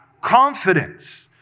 confidence